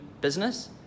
business